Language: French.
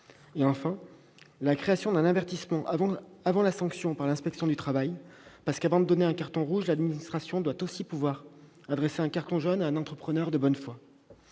prévoit la création d'un avertissement avant la sanction par l'inspection du travail, parce qu'avant de donner un carton rouge, l'administration doit pouvoir adresser un carton jaune à l'entrepreneur de bonne foi.